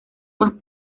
más